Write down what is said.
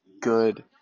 good